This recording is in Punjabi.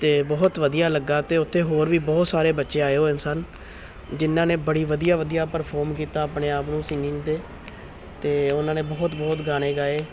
ਅਤੇ ਬਹੁਤ ਵਧੀਆ ਲੱਗਾ ਅਤੇ ਉੱਥੇ ਹੋਰ ਵੀ ਬਹੁਤ ਸਾਰੇ ਬੱਚੇ ਆਏ ਹੋਏ ਸਨ ਜਿਨ੍ਹਾਂ ਨੇ ਬੜੀ ਵਧੀਆ ਵਧੀਆ ਪਰਫੋਰਮ ਕੀਤਾ ਆਪਣੇ ਆਪ ਨੂੰ ਸਿੰਗਿੰਗ 'ਤੇ ਅਤੇ ਉਹਨਾਂ ਨੇ ਬਹੁਤ ਬਹੁਤ ਗਾਣੇ ਗਾਏ